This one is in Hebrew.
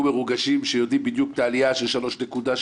מרוגשים שיודעים בדיוק את העלייה של 3.7%,